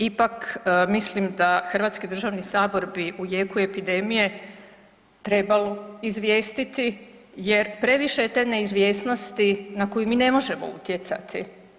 I ipak mislim da Hrvatski državni sabor bi u jeku epidemije trebalo izvijestiti jer previše je te neizvjesnosti na koju mi ne možemo utjecati.